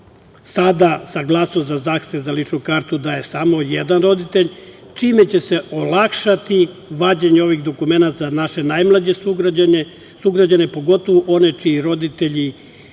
Sada saglasnost za zahtev za ličnu kartu daje samo jedan roditelj, čime će se olakšati vađenje ovih dokumenata za naše najmlađe sugrađane, pogotovo one čiji roditelji